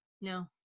no